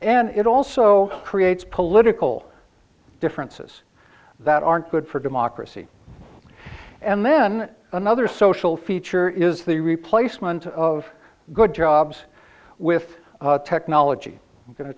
and it also creates political differences that aren't good for democracy and then another social feature is the replacement of good jobs with technology going to